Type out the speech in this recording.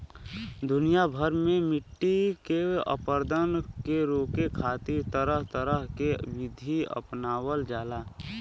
दुनिया भर में मट्टी के अपरदन के रोके खातिर तरह तरह के विधि अपनावल जाला